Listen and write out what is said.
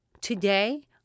today